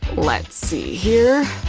let's see here,